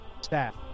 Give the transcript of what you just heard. staff